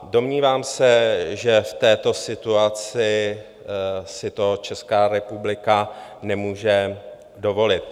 Domnívám se, že v této situaci si to Česká republika nemůže dovolit.